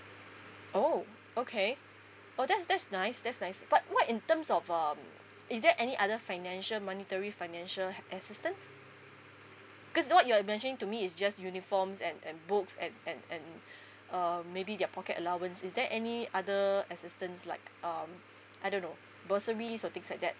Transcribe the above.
oh okay oh that's that's nice that's nice but what in terms of um is there any other financial monetary financial assistance because th~ what you've mentioned to me it's just uniforms and and books and and and um maybe their pocket allowance is there any other assistance like um I don't know bursaries or things like that